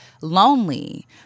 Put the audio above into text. lonely